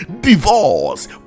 divorce